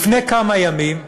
לפני כמה ימים,